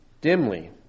dimly